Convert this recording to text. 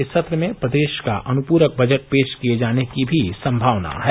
इस सत्र में प्रदेश का अनुपूरक बजट पेश किये जाने की भी सम्भावना है